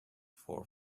for